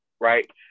Right